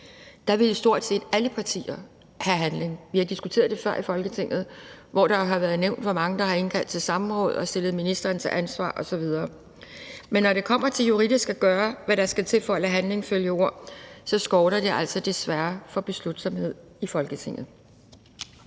Da ville stort set alle partier have handling. Vi har diskuteret det før i Folketinget, hvor det har været nævnt, hvor mange der har indkaldt til samråd og stillet ministeren til ansvar osv. Men når det kommer til juridisk at gøre, hvad der skal til for at lade handling følge ord, så skorter det altså desværre på beslutsomhed i Folketinget.